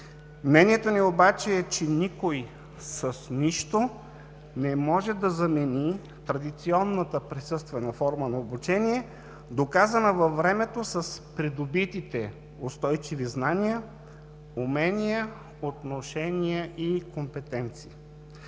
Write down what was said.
Мнението ни обаче е, че никой с нищо не може да замени традиционната присъствена форма на обучение, доказана във времето с придобитите устойчиви знания, умения, отношения и компетенции.